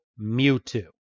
Mewtwo